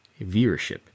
viewership